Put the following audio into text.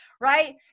right